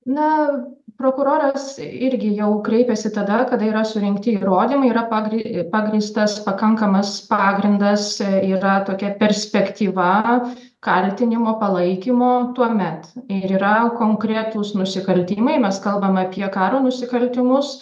na prokuroras irgi jau kreipiasi tada kada yra surinkti įrodymai yra pagri pagrįstas pakankamas pagrindas yra tokia perspektyva kaltinimo palaikymo tuomet ir yra konkretūs nusikaltimai mes kalbam apie karo nusikaltimus